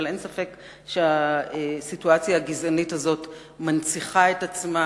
אבל אין ספק שהסיטואציה הגזענית הזאת מנציחה את עצמה.